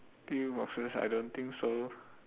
pill boxes I don't think so